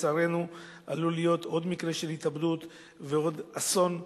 לצערנו עלול להיות עוד מקרה של התאבדות ועוד אסון,